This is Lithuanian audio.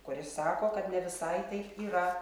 kuris sako kad ne visai taip yra